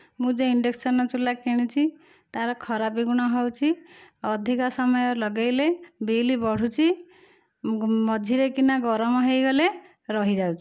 ମୁଁ ଯେଉଁ ଇଣ୍ଡକ୍ସନ ଚୁଲା କିଣିଛି ତା'ର ଖରାପ ଗୁଣ ହେଉଛି ଅଧିକ ସମୟ ଲଗାଇଲେ ବିଲ୍ ବଢ଼ୁଛି ମଝିରେ କିନା ଗରମ ହୋଇଗଲେ ରହିଯାଉଛି